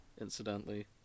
incidentally